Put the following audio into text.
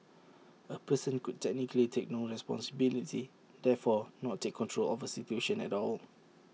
A person could technically take no responsibility therefore not take control of A situation at all